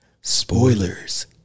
spoilers